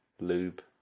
Lube